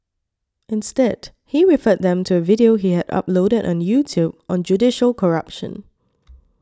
instead he referred them to a video he had uploaded on YouTube on judicial corruption